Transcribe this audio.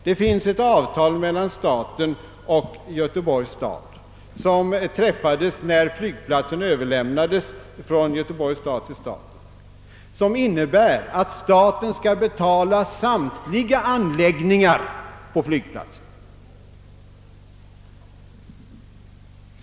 Det finns nämligen ett avtal mellan staten och Göteborgs stad, som träffades när flygplatsen överlämnades från Göteborgs stad till staten, att staten skall betala samtliga anläggningar på flygplatsen.